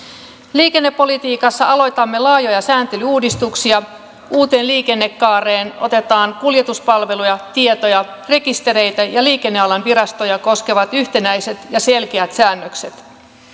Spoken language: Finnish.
liikennepolitiikassa aloitamme laajoja sääntelyuudistuksia uuteen liikennekaareen otetaan kuljetuspalveluja tietoja rekistereitä ja liikennealan virastoja koskevat yhtenäiset ja selkeät säännökset